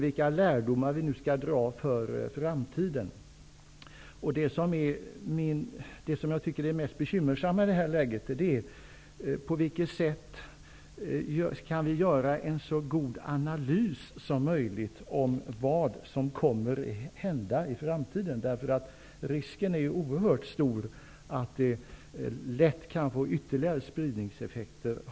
Vilka lärdomar kan vi nu dra för framtiden? Det mest bekymmersamma i det här läget är att veta på vilket sätt man kan göra en så god analys som möjligt om vad som kommer att hända i framtiden. Risken är ju oerhört stor för ytterligare spridningseffekter.